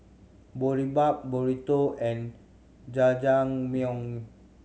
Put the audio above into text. Boribap Burrito and Jajangmyeon